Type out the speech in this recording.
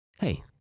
Hey